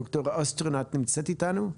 ד"ר אסטרין, את נמצאת איתנו?